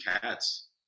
cats